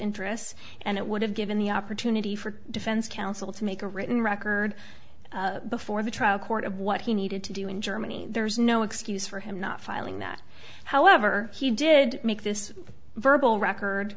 interests and it would have given the opportunity for defense counsel to make a written record before the trial court of what he needed to do in germany there's no excuse for him not filing that however he did make this verbal